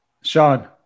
Sean